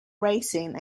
racing